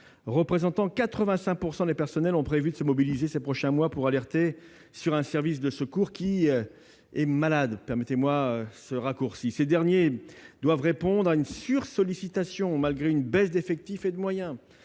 représentant 85 % des personnels ont prévu de se mobiliser ces prochains mois pour alerter sur un service de secours qui est malade- permettez-moi ce raccourci. Ces personnels doivent répondre à une sursollicitation, malgré une baisse d'effectifs et de moyens,